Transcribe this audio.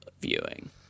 viewing